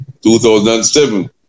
2007